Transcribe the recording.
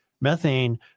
methane